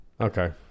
Okay